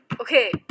okay